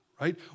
right